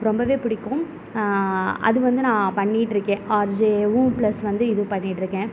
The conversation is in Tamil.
ரொம்பவே பிடிக்கும் அது வந்து நான் பண்ணிட்டிருக்கேன் ஆர்ஜேவும் ப்ளஸ் வந்து இது பண்ணிட்டிருக்கேன்